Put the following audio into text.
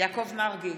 יעקב מרגי,